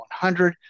100